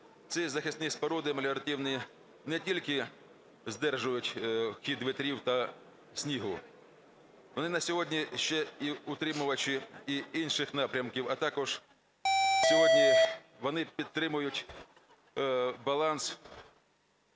Ці захисні споруди меліоративні не тільки стримують хід вітрів та снігу, вони на сьогодні ще і утримувачі і інших напрямків, а також сьогодні вони підтримують баланс